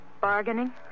bargaining